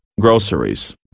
groceries